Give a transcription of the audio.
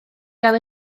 gael